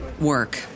work